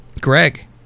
Greg